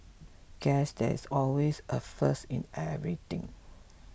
guess there is always a first in everything